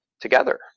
Together